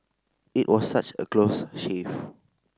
it was such a close shave